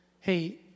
Hey